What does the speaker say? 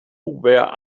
were